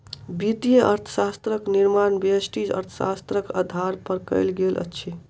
वित्तीय अर्थशास्त्रक निर्माण व्यष्टि अर्थशास्त्रक आधार पर कयल गेल अछि